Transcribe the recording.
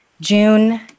June